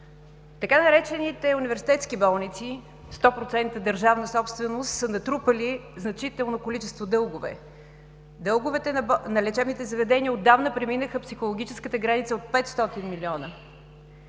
Така наречените „университетски болници“ – 100% държавна собственост, са натрупали значително количество дългове. Дълговете на лечебните заведения отдавна преминаха психологическата граница от 500 млн.